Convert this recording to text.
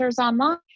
online